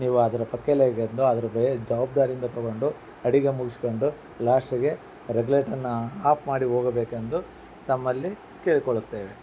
ನೀವು ಅದರ ಜವಾಬ್ದಾರಿಯಿಂದ ತಗೊಂಡು ಅಡುಗೆ ಮುಗಿಸ್ಕೊಂಡು ಲಾಸ್ಟಿಗೆ ರೆಗ್ಯುಲೇಟರನ್ನ ಆಫ್ ಮಾಡಿ ಹೋಗಬೇಕೆಂದು ತಮ್ಮಲ್ಲಿ ಕೇಳಿಕೊಳ್ಳುತ್ತೇವೆ